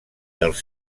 dels